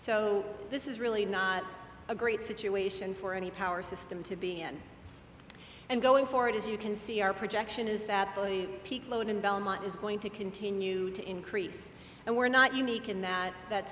so this is really not a great situation for any power system to be in and going forward as you can see our projection is that by peak load in belmont is going to continue to increase and we're not unique in that that